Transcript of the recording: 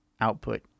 output